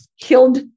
killed